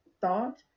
thought